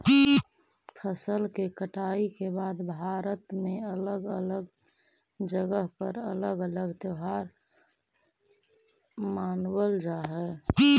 फसल के कटाई के बाद भारत में अलग अलग जगह पर अलग अलग त्योहार मानबल जा हई